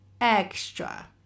extra